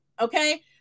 okay